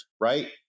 right